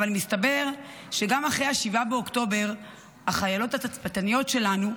אבל מסתבר שגם אחרי 7 באוקטובר החיילות התצפיתניות שלנו,